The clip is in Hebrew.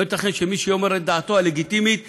לא ייתכן שמי שיאמר את דעתו הלגיטימית,